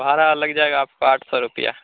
भाड़ा लग जाएगा आपका आठ सौ रुपये